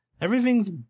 Everything's